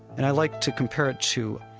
and i like to compare it to